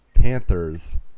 Panthers